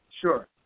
Sure